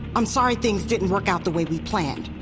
i'm sorry things didn't work out the way we planned,